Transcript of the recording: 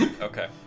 Okay